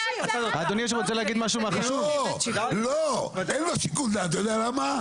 לא, אין לו שיקול דעת אתה יודע למה?